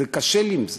קשה לי עם זה